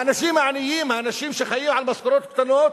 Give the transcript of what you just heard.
האנשים העניים, האנשים שחיים על משכורות קטנות,